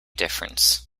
difference